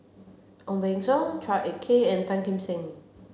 Ong Beng Seng Chua Ek Kay and Tan Kim Seng